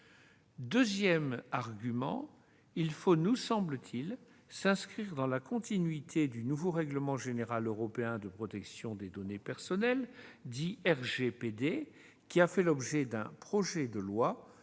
Deuxièmement, il faut, nous semble-t-il, s'inscrire dans la continuité du nouveau règlement général européen de protection des données personnelles, dit RGPD, qui a fait l'objet d'un projet de loi visant